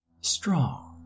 strong